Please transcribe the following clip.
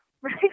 right